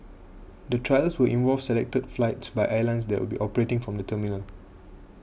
the trials will involve selected flights by airlines that will be operating from the terminal